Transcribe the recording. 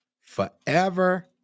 forever